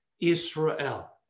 Israel